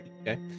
Okay